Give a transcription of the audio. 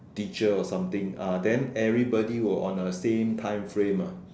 teacher or something ah then everybody will on a same time frame ah